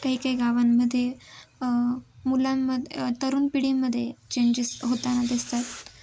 काही काही गावांमध्ये मुलांमध्ये तरुण पिढीमध्ये चेंजेस होताना दिसतात